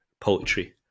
poetry